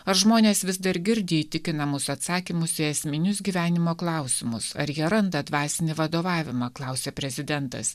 ar žmonės vis dar girdi įtikinamus atsakymus į esminius gyvenimo klausimus ar jie randa dvasinį vadovavimą klausė prezidentas